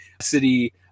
city